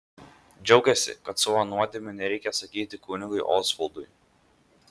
džiaugėsi kad savo nuodėmių nereikia sakyti kunigui osvaldui